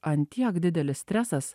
ant tiek didelis stresas